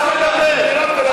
אז נדבר.